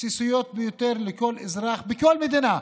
בסיסיות ביותר לכל אזרח בכל מדינה,